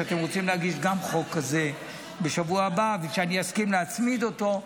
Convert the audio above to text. גם אתם רוצים להגיש חוק כזה בשבוע הבא ושאני אסכים להצמיד אותו.